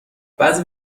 بعضی